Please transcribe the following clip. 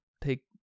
take